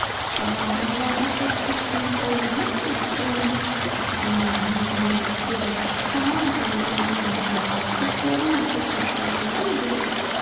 aber da war er plötzlich wie toll hinabgesprungen hatte die nur angelehnte thür der dachkammer ein wenig weiter aufgeschoben und durch den spalt